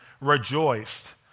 rejoiced